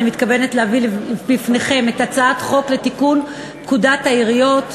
אני מתכבדת להביא לפניכם את הצעת חוק לתיקון פקודת העיריות (מס'